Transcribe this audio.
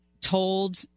told